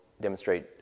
demonstrate